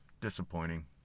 disappointing